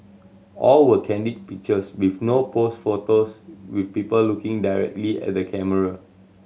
all were candid pictures with no pose photos with people looking directly at the camera